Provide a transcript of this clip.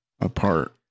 apart